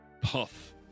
puff